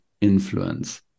influence